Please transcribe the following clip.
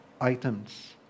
items